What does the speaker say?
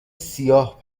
سیاه